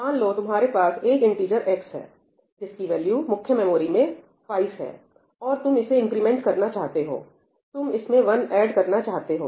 मान लो तुम्हारे पास एक इनटीजर x है जिसकी वैल्यू मुख्य मेमोरी में 5 हैऔर तुम इसे इंक्रीमेंट करना चाहते हो तुम इसमें वन ऐड करना चाहते हो